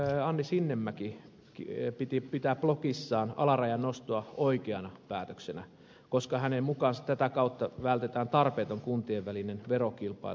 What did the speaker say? anni sinnemäki pitää blogissaan alarajan nostoa oikeana päätöksenä koska hänen mukaansa tätä kautta vältetään tarpeeton kuntien välinen verokilpailu